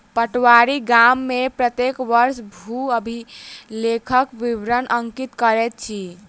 पटवारी गाम में प्रत्येक वर्ष भू अभिलेखक विवरण अंकित करैत अछि